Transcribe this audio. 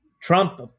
Trump